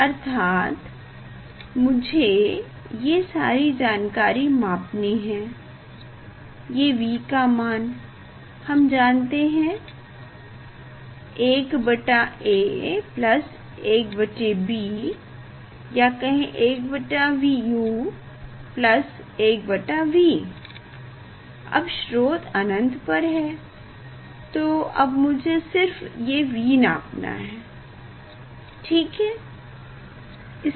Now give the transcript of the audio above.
अर्थात मुझे ये सारी जानकारी मापनी है ये v का मान हम जानते हैं 1a 1b या कहें 1u 1v अब स्रोत अनंत पर है तो अब मुझे सिर्फ ये v मापना है ठीक है